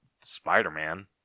Spider-Man